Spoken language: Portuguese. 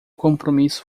compromisso